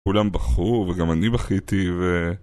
כולם בכו, וגם אני בכיתי ו...